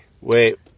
Wait